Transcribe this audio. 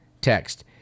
Text